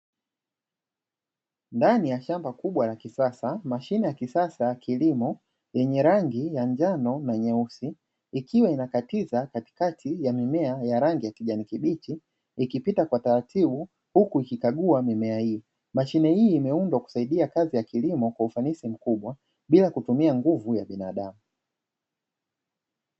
Ndani ya shamba kubwa la kisasa mashine ya kisasa ya kilimo, yenye rangi ya njano na nyeusi ikiwa inakatiza katikati, mimea ya rangi ya kijani kibichi, ikipita kwa taratibu huku ikikagua mimea hiyo, mashine hii imeundwa kusaidia kazi ya kilimo kwa ufanisi mkubwa bila kutumia nguvu ya binadamu.